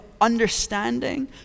understanding